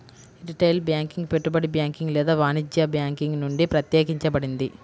retail banking పెట్టుబడి banking లేదా వాణిజ్య బ్యాంకింగ్ నుండి ప్రత్యేకించబడింది